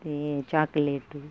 ಈ ಚಾಕ್ಲೇಟು